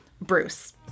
Bruce